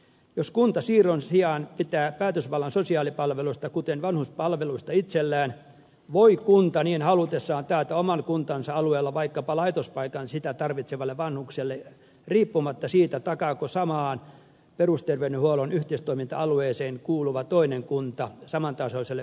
jos kunta siirron sijaan pitää päätösvallan sosiaalipalveluista kuten vanhuspalveluista itsellään voi kunta niin halutessaan taata oman kuntansa alueella vaikkapa laitospaikan sitä tarvitsevalle vanhukselle riippumatta siitä takaako samaan perusterveydenhuollon yhteistoiminta alueeseen kuuluva toinen kunta saman tasoiselle vanhukselle laitospaikkaa